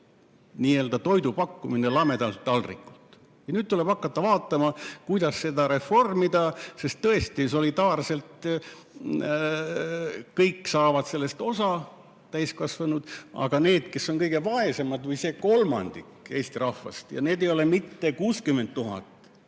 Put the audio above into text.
kurele toidu pakkumine lamedalt taldrikult. Nüüd tuleb hakata vaatama, kuidas seda reformida, sest tõesti, solidaarselt kõik saavad sellest osa, täiskasvanud, aga need, kes on kõige vaesemad või see kolmandik Eesti rahvast – ja neid ei ole mitte 60 000,